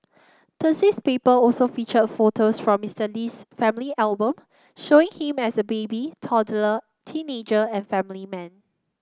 Thursday's paper also featured photos from Mister Lee's family album showing him as a baby toddler teenager and family man